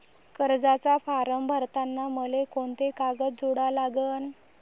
कर्जाचा फारम भरताना मले कोंते कागद जोडा लागन?